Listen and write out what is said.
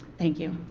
thank you.